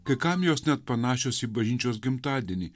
kai kam jos net panašios į bažnyčios gimtadienį